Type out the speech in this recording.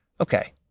Okay